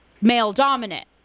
male-dominant